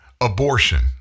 Abortion